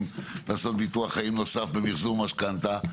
לעשות ביטוח חיים נוסף במחזור משכנתא.